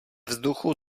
vzduchu